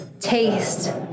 taste